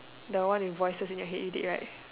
the one in voices in your head already right